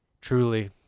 truly